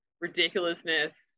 ridiculousness